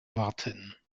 warten